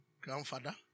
grandfather